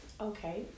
Okay